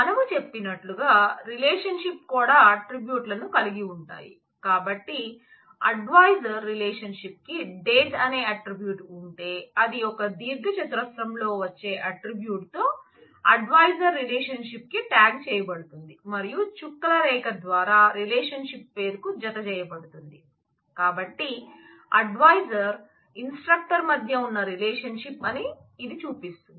మనం చెప్పినట్లుగా రిలేషన్షిప్ మధ్య ఉన్న రిలేషన్షిప్ అని ఇది చూపిస్తుంది